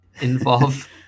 involve